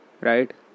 right